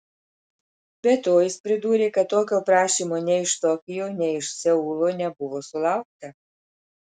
be to jis pridūrė kad tokio prašymo nei iš tokijo nei iš seulo nebuvo sulaukta